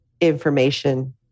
information